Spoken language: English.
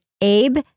Abe